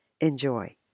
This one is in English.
Enjoy